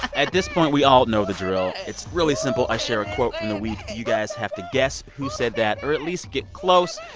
at this point, we all know the drill. it's really simple. i share a quote from and the week. you guys have to guess who said that or at least get close.